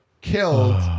killed